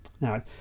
Now